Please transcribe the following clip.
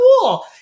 cool